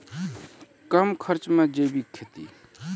कम खर्च मे जैविक खेती?